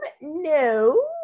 No